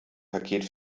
paket